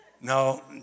no